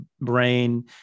brain